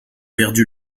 perdu